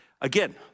again